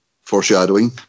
foreshadowing